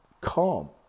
calm